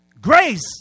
grace